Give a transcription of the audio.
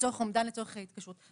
לצורך אומדן, לצורך ההתקשרות.